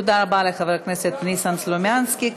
תודה רבה לחבר הכנסת ניסן סלומינסקי.